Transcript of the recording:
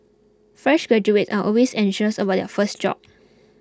fresh graduates are always anxious about their first job